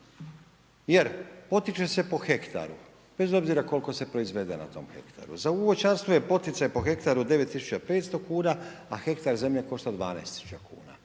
jer potiče se po hektaru bez obzira koliko se proizvede na tom hektaru. Za, u voćarstvu je poticaj po hektaru 9 tisuća 500 kuna, a hektar zemlje košta 12 tisuća kuna.